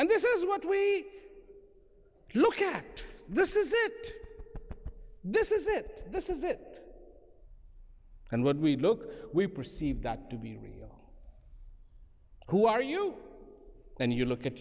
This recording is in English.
and this is what we look at this is it this is it this is it and when we look we perceive that to be real who are you and you look at